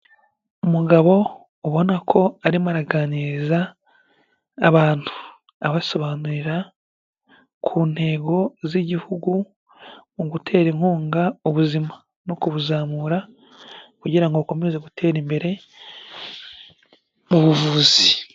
Umugabo ubona ko arimo araganiriza abantu, abasobanurira ku ntego z'Igihugu, mu gutera inkunga ubuzima no kubuzamura kugira ngo bukomeze gutera imbere mu buvuzi.